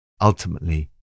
ultimately